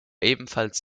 ebenfalls